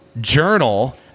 journal